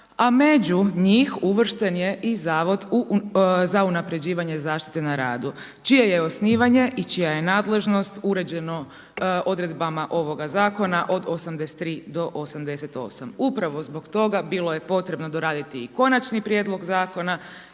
a među njih uvršten je i Zavod za unapređivanje zaštite na radu čije je osnivanje i čija je nadležnost uređeno odredbama ovoga zakona od 83 do 88. Upravo zbog toga bilo je potrebno doraditi i konačni prijedlog zakona